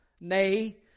nay